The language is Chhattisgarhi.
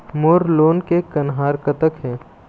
मोर लोन के कन्हार कतक हे?